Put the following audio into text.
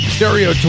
Stereo